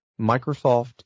Microsoft